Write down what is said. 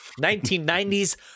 1990's